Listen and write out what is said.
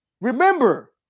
Remember